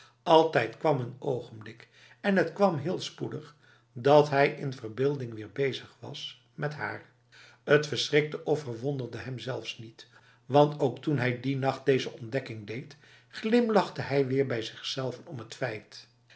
altijd kwam een ogenblik en het kwam heel spoedig dat hij in verbeelding weer bezig was met haar t verschrikte of verwonderde hem zelfs niet want ook toen hij die nacht deze ontdekking deed glimlachte hij weer bij zichzelve om het